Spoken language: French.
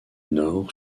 nord